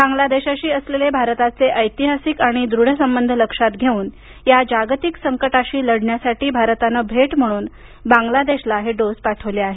बांग्लादेशाशी असलेले भारताचे ऐतिहासिक आणि दृढ संबंध लक्षात घेऊन या जागतिक संकटाशी लढण्यासाठी भारतानं भेट म्हणून बांगलादेशला हे डोस पाठवले आहेत